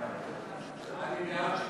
סעיפים 1 2, כהצעת